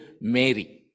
Mary